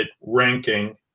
ranking